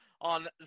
on